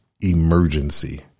emergency